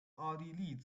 奥地利